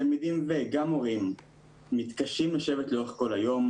תלמידים ומורים מתקשים לשבת לאורך כל היום